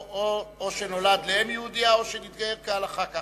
או שנולד לאם יהודייה או שנתגייר כהלכה.